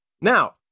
now